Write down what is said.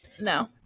no